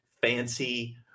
Fancy